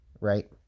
right